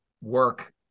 work